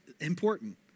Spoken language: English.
important